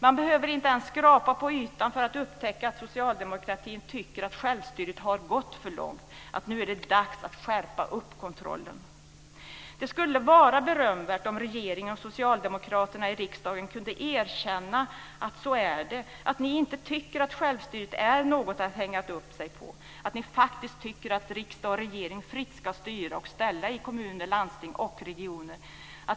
Man behöver inte ens skrapa på ytan för att upptäcka att socialdemokratin tycker att självstyret har gått för långt och att det nu är dags att skärpa kontrollen. Det skull vara berömvärt om regeringen och socialdemokraterna i riksdagen kunde erkänna att det är så - att ni inte tycker att självstyret är något att hänga upp sig på och att ni faktiskt tycker att riksdag och regering fritt ska styra och ställa i kommuner, landsting och regioner.